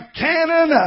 cannon